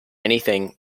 anything